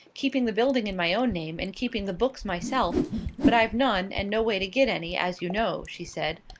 keeping the building in my own name and keeping the books myself but i've none, and no way to get any, as you know, she said.